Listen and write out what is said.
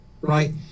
right